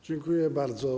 Dziękuję bardzo.